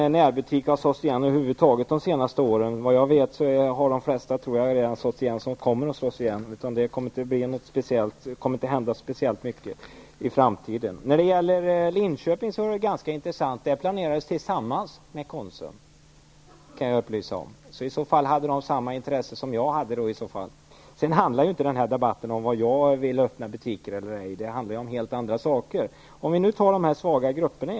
Fru talman! Det verkar inte som om några närbutiker har slagits igen de senaste åren. Vad jag vet har de flesta butiker som kan komma att slås igen redan slagits igen. Det kommer inte att hända speciellt mycket i framtiden. Det är ganska intressant med planerna i Linköping. Jag kan upplysa om att planeringen gjordes tillsammans med Konsum. I detta fall hade tydligen Konsum samma intresse som jag. Denna debatt handlar inte om var jag vill öppna butiker. Den handlar om helt andra saker. Vi kan ju ta upp detta med de svaga grupperna.